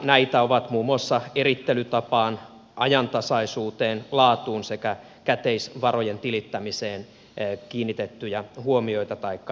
näitä ovat muun muassa erittelytapaan ajantasaisuuteen laatuun sekä käteisvarojen tilittämiseen kiinnitetyt huomiot taikka epäkohdat